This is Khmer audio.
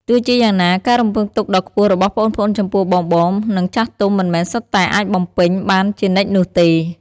ទោះជាយ៉ាងណា ការរំពឹងទុកដ៏ខ្ពស់របស់ប្អូនៗចំពោះបងៗ និងចាស់ទុំ មិនមែនសុទ្ធតែអាចបំពេញបានជានិច្ចនោះទេ។